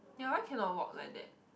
ya why cannot walk like that